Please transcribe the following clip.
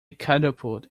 catapult